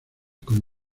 con